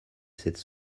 cette